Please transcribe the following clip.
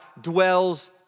dwells